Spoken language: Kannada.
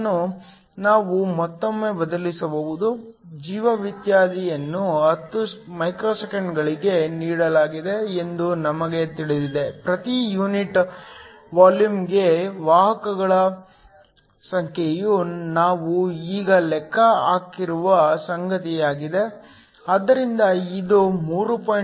ಇದನ್ನು ನಾವು ಮತ್ತೊಮ್ಮೆ ಬದಲಿಸಬಹುದು ಜೀವಿತಾವಧಿಯನ್ನು 10 ಮೈಕ್ರೊಸೆಕೆಂಡ್ಗಳಿಗೆ ನೀಡಲಾಗಿದೆ ಎಂದು ನಮಗೆ ತಿಳಿದಿದೆ ಪ್ರತಿ ಯೂನಿಟ್ ವಾಲ್ಯೂಮ್ಗೆ ವಾಹಕಗಳ ಸಂಖ್ಯೆಯು ನಾವು ಈಗ ಲೆಕ್ಕ ಹಾಕಿರುವ ಸಂಗತಿಯಾಗಿದೆ ಆದ್ದರಿಂದ ಇದು 3